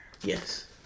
Yes